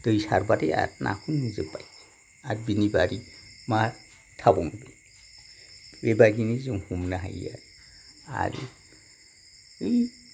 दै सारबाथाय आरो नाखौ नुजोब्बाय आरो बिनि बादै मा थाबावनो बेबायदिनो जों हमनो हायो आरो आरो बै